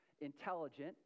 intelligent